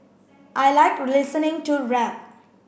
I like listening to rap